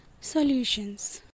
solutions